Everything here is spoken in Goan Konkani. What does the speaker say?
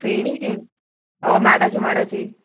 फेणी गे हय माडाच्यो माडाची